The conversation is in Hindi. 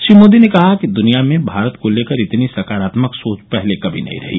श्री मोदी ने कहा कि दुनिया में भारत को लेकर इतनी सकारात्मक सोच पहले कभी नहीं रही